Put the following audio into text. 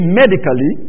medically